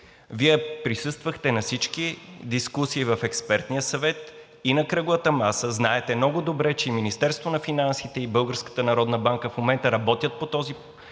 Вие присъствахте на всички дискусии в Експертния съвет и на кръглата маса. Знаете много добре, че Министерството на финансите и Българската народна банка